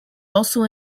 also